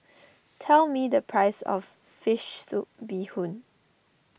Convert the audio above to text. tell me the price of Fish Soup Bee Hoon